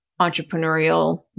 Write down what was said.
entrepreneurial